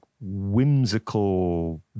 whimsical